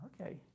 okay